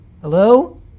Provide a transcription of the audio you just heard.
Hello